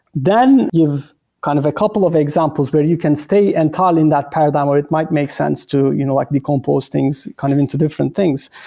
then give kind of a couple of examples where you can stay entirely in that paradigm where it might make sense to you know like decompose things kind of into different things.